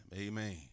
Amen